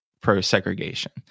pro-segregation